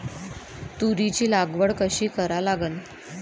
तुरीची लागवड कशी करा लागन?